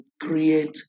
create